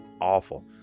awful